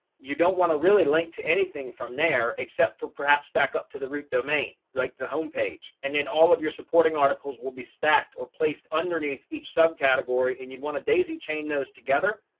you don't want to really link to anything from there, except for perhaps back up to the root domain, like the homepage, and then all of your supporting articles will be stacked or placed underneath each subcategory. and you'd want to daisy chain those together,